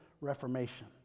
Reformation